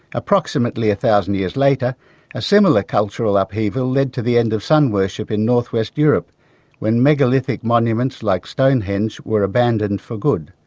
approximately a thousand years later a similar cultural upheaval led to the end of sun worship in north west europe when megalithic monuments like stonehenge were abandoned and for good.